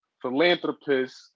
philanthropist